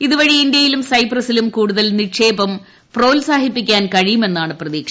ഇതുവഴി ഇന്ത്യയിലും സൈപ്രസിലും കൂടുതൽ നിക്ഷേപം പ്രോത്സാഹിപ്പിക്കാൻ കഴിയുമെന്നാണ് പ്രതീക്ഷ